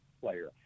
player